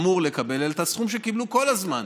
אמורות לקבל אלא את הסכום שקיבלו כל הזמן,